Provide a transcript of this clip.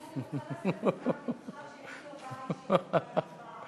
אני רוצה להסב את תשומת לבך שיש לי הודעה אישית אחרי ההצבעה.